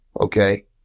okay